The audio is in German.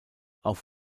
auf